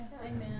Amen